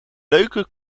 leuke